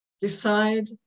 decide